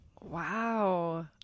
Wow